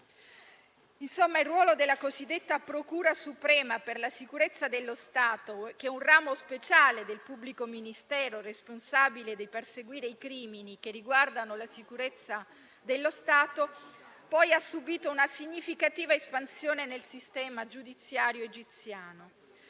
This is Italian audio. Insomma, il ruolo della cosiddetta procura suprema per la sicurezza dello Stato, che è un ramo speciale del pubblico ministero responsabile di perseguire i crimini che riguardano la sicurezza dello Stato, ha poi subito una significativa espansione nel sistema giudiziario egiziano.